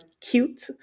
cute